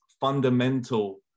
fundamental